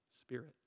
Spirit